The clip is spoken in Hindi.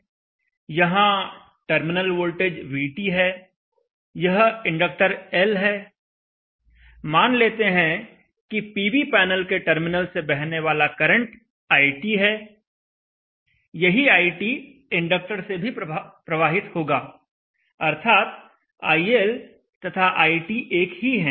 यह R0 है यहां टर्मिनल वोल्टेज VT है यह इंडक्टर L है मान लेते हैं कि पीवी पैनल के टर्मिनल से बहने वाला करंट IT है यही IT इंडक्टर से भी प्रवाहित होगा अर्थात IL तथा IT एक ही हैं